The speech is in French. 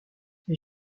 les